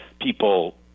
people